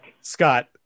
Scott